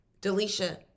Delisha